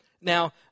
Now